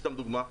סתם לדוגמה?